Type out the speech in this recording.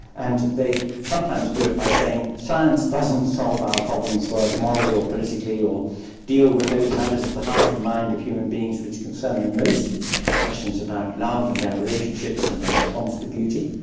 and they sometimes do it by saying science doesn't solve our problems for us, morally or politically, or deal with those matters of the heart and mind of human beings which concern them most questions about love and their relationships and their response to beauty.